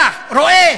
אתה רואה